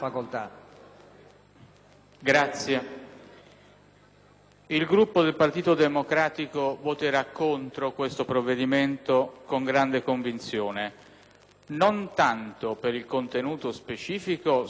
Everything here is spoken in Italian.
il Gruppo del Partito Democratico voterà contro questo provvedimento con grande convinzione, non tanto per il contenuto specifico, su cui ci sono molte riserve che sono già state illustrate,